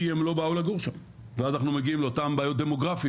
כי הם לא באו לגור שם ואז אנחנו מגיעים לאותן בעיות דמוגרפיות,